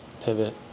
Pivot